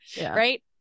right